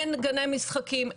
אין גני משחקים,